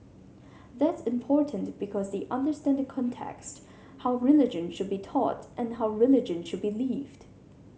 that's important because they understand the context how religion should be taught and how religion should be lived